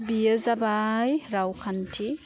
बियो जाबाय रावखान्थि